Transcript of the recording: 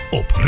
op